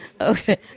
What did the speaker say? Okay